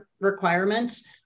requirements